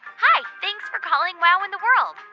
hi. thanks for calling wow in the world.